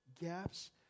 gaps